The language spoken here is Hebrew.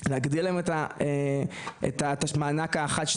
אפשר פשוט להגדיל להם את המענק החד-שנתי,